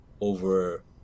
over